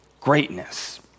greatness